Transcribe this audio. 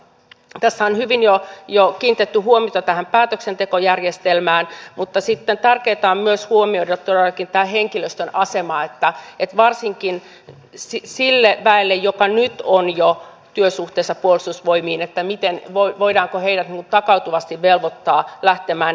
tässä on hyvin jo kiinnitetty huomiota tähän päätöksentekojärjestelmään mutta sitten tärkeätä on myös huomioida todellakin tämä henkilöstön asema varsinkin sen väen kohdalla joka nyt jo on työsuhteessa puolustusvoimiin ja se voidaanko heidät takautuvasti velvoittaa lähtemään